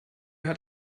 hat